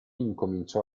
incominciò